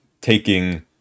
taking